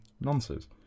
nonsense